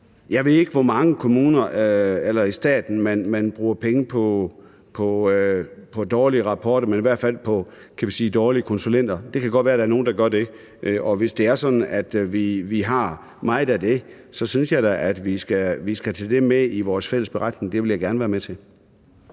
Jeg ved ikke, hvor mange kommuner eller staten der bruger penge på dårlige rapporter eller dårlige konsulenter. Det kan godt være, at der er nogle, der gør det, og hvis det er sådan, at der er meget af det, så synes jeg da, at vi skal tage det med i vores fælles beretning. Det vil jeg gerne være med til.